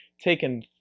taken